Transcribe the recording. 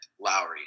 Lowry